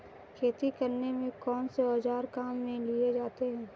खेती करने में कौनसे औज़ार काम में लिए जाते हैं?